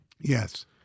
Yes